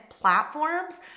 platforms